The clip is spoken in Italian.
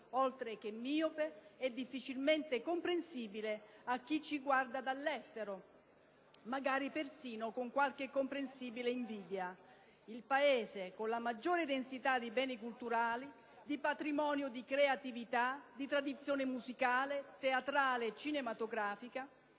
oltre che miope e difficilmente comprensibile a chi ci guarda dall'estero, magari persino con un punta di comprensibile invidia. Il Paese con la maggior densità di beni culturali e con il più grande patrimonio in termini di creatività e tradizione musicale, teatrale e cinematografica